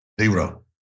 Zero